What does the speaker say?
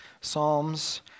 Psalms